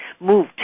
moved